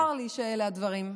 צר לי שאלה הדברים.